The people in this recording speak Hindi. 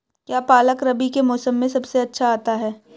क्या पालक रबी के मौसम में सबसे अच्छा आता है?